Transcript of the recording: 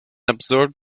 absorb